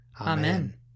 Amen